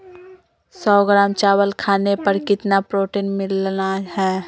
सौ ग्राम चावल खाने पर कितना प्रोटीन मिलना हैय?